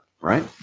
right